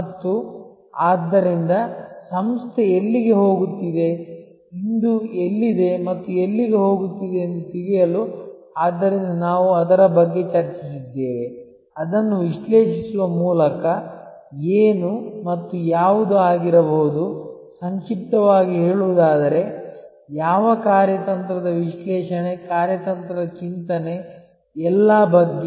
ಮತ್ತು ಆದ್ದರಿಂದ ಸಂಸ್ಥೆ ಎಲ್ಲಿಗೆ ಹೋಗುತ್ತಿದೆ ಇಂದು ಎಲ್ಲಿದೆ ಮತ್ತು ಎಲ್ಲಿಗೆ ಹೋಗುತ್ತಿದೆ ಎಂದು ತಿಳಿಯಲು ಆದ್ದರಿಂದ ನಾವು ಅದರ ಬಗ್ಗೆ ಚರ್ಚಿಸಿದ್ದೇವೆ ಅದನ್ನು ವಿಶ್ಲೇಷಿಸುವ ಮೂಲಕ ಏನು ಮತ್ತು ಯಾವುದು ಆಗಿರಬಹುದು ಸಂಕ್ಷಿಪ್ತವಾಗಿ ಹೇಳುವುದಾದರೆ ಯಾವ ಕಾರ್ಯತಂತ್ರದ ವಿಶ್ಲೇಷಣೆ ಕಾರ್ಯತಂತ್ರದ ಚಿಂತನೆ ಎಲ್ಲಾ ಬಗ್ಗೆ